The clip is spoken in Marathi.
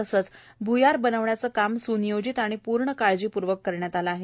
तसंच भुयार बनवण्याचं काम सुनियोजित आणि पूर्ण काळजीपूर्वक करण्यात आलं आहे